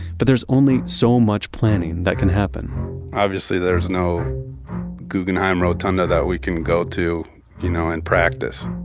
but there's only so much planning that can happen obviously, there's no guggenheim rotunda that we can go to you know and practice.